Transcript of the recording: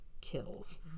kills